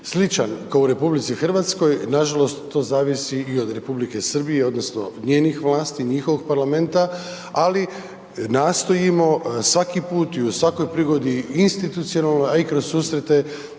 sličan kao u RH, nažalost to zavisi i od Republike Srbije odnosno njezin vlasti, njihovog parlamenta, ali nastojimo svaki put i u svakoj prigodi institucionalno a i kroz susrete